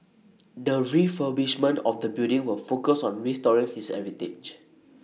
the refurbishment of the building will focus on restoring his heritage